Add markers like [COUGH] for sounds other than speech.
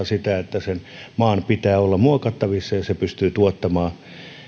[UNINTELLIGIBLE] sitä että sen maan pitää olla muokattavissa ja se pystyy tuottamaan